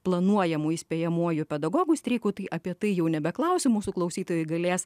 planuojamu įspėjamuoju pedagogų streikų tai apie tai jau nebeklausiu mūsų klausytojai galės